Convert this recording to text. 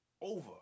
Over